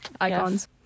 icons